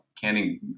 canning